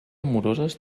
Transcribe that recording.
amoroses